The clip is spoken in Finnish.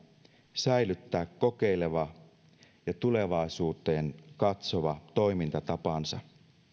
säilyttää kokeileva ja tulevaisuuteen katsova toimintatapansa